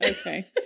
Okay